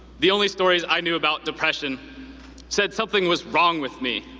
the only stories i knew about depression said something was wrong with me.